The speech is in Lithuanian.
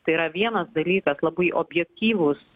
tai yra vienas dalykas labai objektyvūs